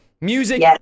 music